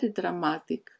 dramatic